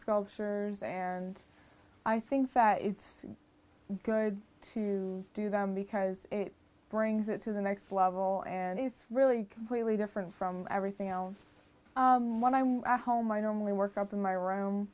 sculptures and i think that it's good to do them because it brings it to the next level and he's really completely different from everything else when i'm at home i normally work up in my room